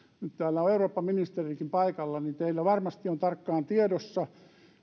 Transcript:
nyt kun täällä on eurooppaministerikin paikalla niin teillä varmasti on tarkkaan tiedossa